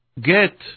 get